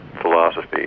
philosophy